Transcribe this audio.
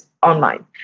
online